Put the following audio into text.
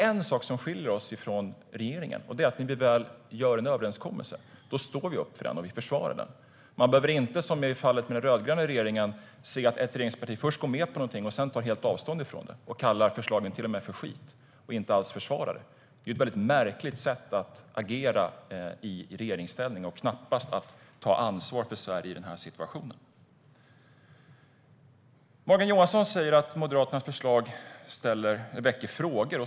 En sak skiljer oss dock från regeringen, och det är när vi gör en överenskommelse så står vi upp för den och försvarar den. Man behöver inte, som i fallet med den rödgröna regeringen, se ett regeringsparti först gå med på någonting och sedan helt ta avstånd från det och till och med kalla förslagen för skit och inte alls försvara dem. Det är ett väldigt märkligt sätt att agera i regeringsställning och knappast att ta ansvar för Sverige i den här situationen. Morgan Johansson säger att Moderaternas förslag väcker frågor.